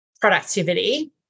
productivity